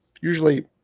usually